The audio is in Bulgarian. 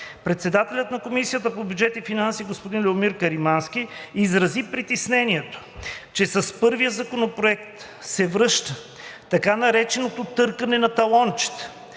Председателят на Комисията по бюджет и финанси господин Любомир Каримански изрази притеснението, че с първия законопроект се връща уредбата на така нареченото „търкане на талончета“,